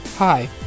Hi